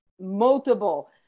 multiple